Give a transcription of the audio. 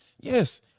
yes